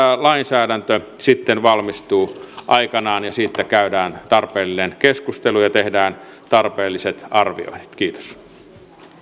lainsäädäntö sitten valmistuu aikanaan ja siitä käydään tarpeellinen keskustelu ja tehdään tarpeelliset arvioinnit kiitos